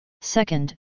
Second